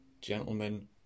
gentlemen